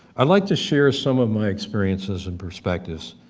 i'd like to share some of my experiences and perspectives,